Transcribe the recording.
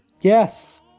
Yes